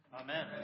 Amen